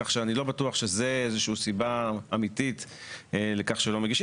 כך שאני לא בטוח שזה איזושהי סיבה אמיתית לכך שלא מגישים.